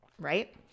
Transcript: right